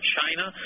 China